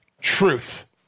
truth